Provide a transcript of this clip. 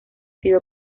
sido